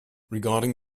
regarding